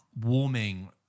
warming